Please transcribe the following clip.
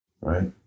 right